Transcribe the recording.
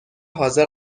حاضر